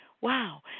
Wow